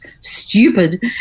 Stupid